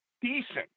decent